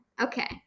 Okay